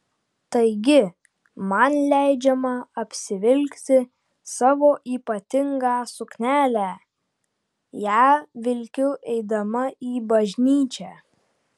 taigi man leidžiama apsivilkti savo ypatingą suknelę ją vilkiu eidama į bažnyčią